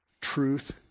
truth